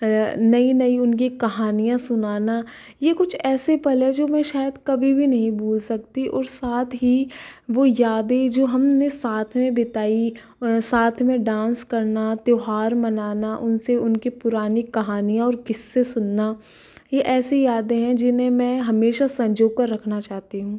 नई नई उनकी कहानियाँ सुनाना यह कुछ ऐसे पल है जो मैं शायद कभी भी नहीं भूल सकती और साथ ही वो यादें जो हमने साथ में बिताई साथ में डांस करना त्योहार मनाना उनसे उनकी पुरानी कहानियाँ और किस्से सुनना यह ऐसी यादें है जिन्हें मैं हमेशा सँजोकर रखना चाहती हूँ